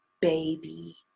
baby